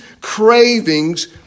cravings